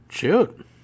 Shoot